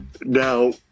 Now